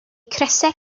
crysau